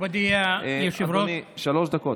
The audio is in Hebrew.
מכובדי היושב-ראש, אדוני, שלוש דקות.